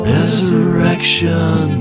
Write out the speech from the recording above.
Resurrection